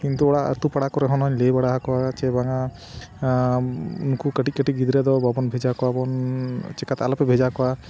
ᱠᱤᱱᱛᱩ ᱚᱲᱟᱜ ᱟᱛᱳᱼᱯᱟᱲᱟ ᱠᱚᱨᱮ ᱦᱚ ᱱᱚᱣᱟᱧ ᱞᱟᱹᱭ ᱵᱟᱲᱟ ᱟᱠᱚᱣᱟ ᱪᱮ ᱵᱟᱝᱟ ᱩᱱᱠᱩ ᱠᱟᱹᱴᱤᱡᱼᱠᱟᱹᱴᱤᱡ ᱜᱤᱫᱽᱨᱟᱹ ᱫᱚ ᱵᱟᱵᱚᱱ ᱵᱷᱮᱡᱟ ᱠᱚᱣᱟᱵᱚᱱ ᱪᱮᱠᱟᱛᱮ ᱟᱞᱚᱯᱮ ᱵᱷᱮᱡᱟ ᱠᱚᱣᱟ